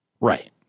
Right